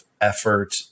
effort